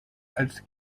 als